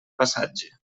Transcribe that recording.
passatge